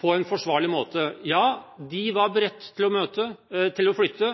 på en forsvarlig måte. Ja, de var beredt på å flytte.